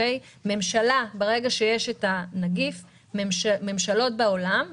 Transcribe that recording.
כאשר יש את הנגיף ממשלות בעולם,